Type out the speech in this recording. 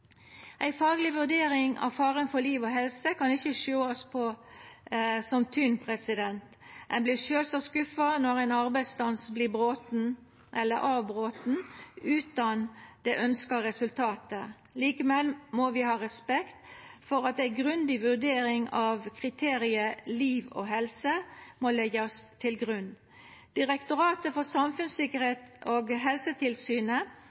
Ei fagleg vurdering av faren for liv og helse kan ikkje sjåast på som tynn. Ein vert sjølvsagt skuffa når ein arbeidsstans vert avbroten utan det ønskte resultatet. Likevel må vi ha respekt for at ei grundig vurdering av kriteriet liv og helse må leggjast til grunn. Direktoratet for samfunnstryggleik og beredskap og Helsetilsynet